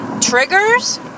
Triggers